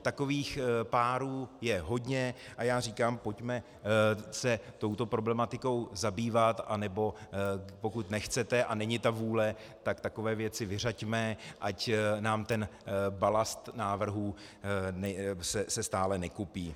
Takových párů je hodně a já říkám, pojďme se touto problematikou zabývat, nebo pokud nechcete a není ta vůle, tak takové věci vyřaďme, ať se nám ten balast návrhů neustále nekupí.